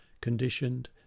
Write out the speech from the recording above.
conditioned